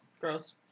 Gross